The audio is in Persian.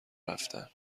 رفتن